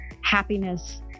happiness